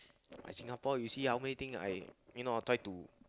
I Singapore you see how many thing I you know try to